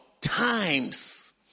times